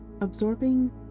absorbing